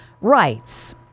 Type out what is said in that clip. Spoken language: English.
rights